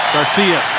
Garcia